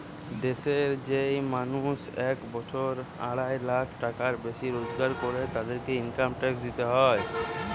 দেশের যেই মানুষ এক বছরে আড়াই লাখ টাকার বেশি রোজগার করের, তাদেরকে ইনকাম ট্যাক্স দিইতে হয়